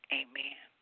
amen